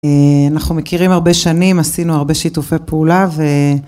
אנחנו מכירים הרבה שנים, עשינו הרבה שיתופי פעולה ו...